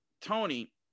Tony